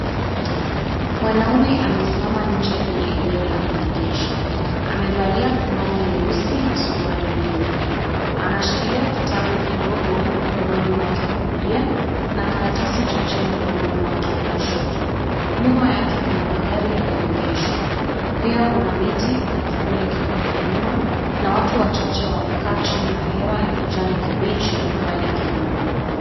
Mwanaume amesimama nje kwenye eneo la maegesho. Amevalia fulana nyeusi na suruali nyeupe. Anashikilia kitabu kidogo mkononi mwake wa kulia na karatasi chache mkononi mwake wa kushoto. Nyuma yake kuna magari yaliyoegeshwa. Pia kuna miti na kivuli kikubwa nyuma na watu wachache wamekaa chini ya hema la kijani kibichi mbali kidogo.